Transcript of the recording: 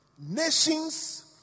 nations